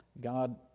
God